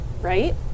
right